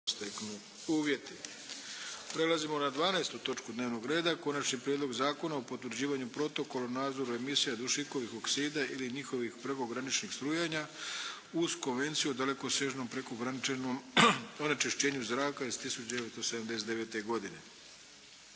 (SDP)** Prelazimo na 12. točku dnevnog reda. 12. Prijedlog zakona o potvrđivanju Protokola o nadzoru emisija dušikovih oksida ili njihovih prekograničnih strujanja uz Konvenciju o dalekosežnom prekograničnom onečišćenju zraka iz 1979. godine,